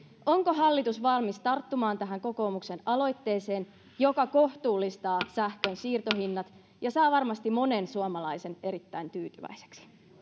onko hallitus valmis tarttumaan tähän kokoomuksen aloitteeseen joka kohtuullistaa sähkön siirtohinnat ja saa varmasti monen suomalaisen erittäin tyytyväiseksi